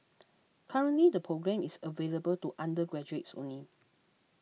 currently the programme is available to undergraduates only